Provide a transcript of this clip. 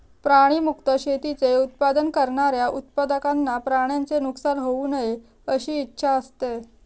प्राणी मुक्त शेतीचे उत्पादन करणाऱ्या उत्पादकांना प्राण्यांचे नुकसान होऊ नये अशी इच्छा असते